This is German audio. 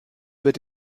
wird